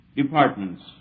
Departments